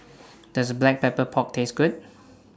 Does Black Pepper Pork Taste Good